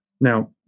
Now